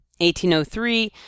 1803